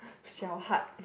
小 hard